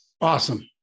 Awesome